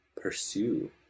pursue